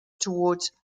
towards